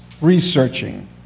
researching